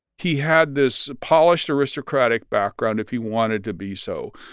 he had this polished aristocratic background, if he wanted to be so.